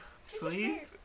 sleep